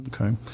Okay